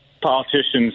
politicians